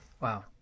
Wow